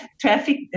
traffic